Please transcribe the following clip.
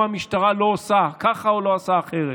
המשטרה לא עושה ככה או לא עושה אחרת.